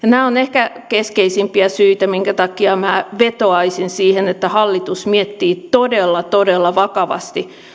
nämä ovat ehkä keskeisimpiä syitä minkä takia minä vetoaisin siihen että hallitus miettii todella todella vakavasti